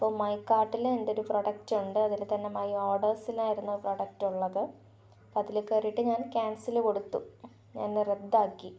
അപ്പോൾ അപ്പോൾ മൈ കാർട്ടിൽ എൻ്റെ പ്രോഡക്റ്റ് ഉണ്ട് അതിൽ തന്ന മൈ ഓഡർസിലായിരുന്നു പ്രോഡക്റ്റ് ഉള്ളത് അതിൽ കയറിയിട്ടു ഞാൻ ക്യാൻസൽ കൊടുത്തു ഞാൻ റദ്ദാക്കി